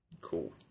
Cool